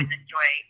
enjoy